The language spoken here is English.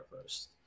first